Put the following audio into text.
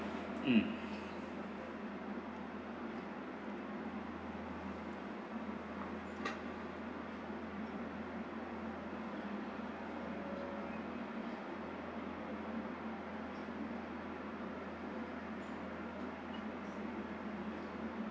mm